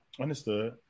understood